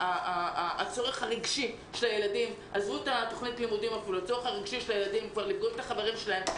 הצורך הרגשי של הילדים הוא לפגוש את החברים שלהם,